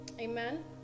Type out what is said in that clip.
amen